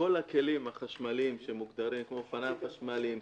לכל הכלים החשמליים שמוגדרים כמו אופניים חשמליים,